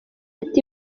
ati